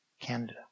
Canada